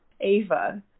Ava